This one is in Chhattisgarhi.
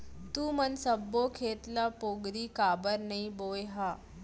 त तुमन सब्बो खेत ल पोगरी काबर नइ बोंए ह?